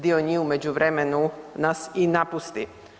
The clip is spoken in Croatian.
dio njih u međuvremenu nas i napusti.